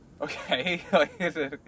okay